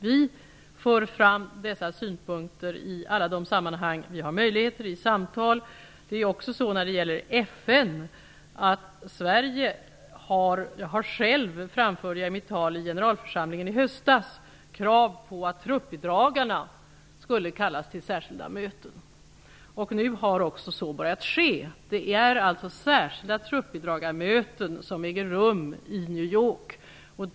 Vi för fram dessa synpunkter i alla sammanhang. När det gäller FN framförde jag i mitt tal i generalförsamlingen i höstas krav på att truppbidragarna skulle kallas till särskilda möten. Nu har så också börjat ske. Särskilda truppbidragarmöten äger alltså rum i New York.